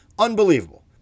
Unbelievable